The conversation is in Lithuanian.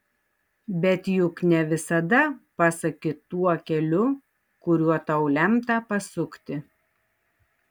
bet juk ne visada pasuki tuo keliu kuriuo tau lemta pasukti